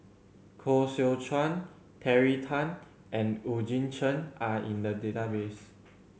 Koh Seow Chuan Terry Tan and Eugene Chen are in the database